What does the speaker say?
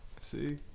See